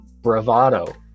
bravado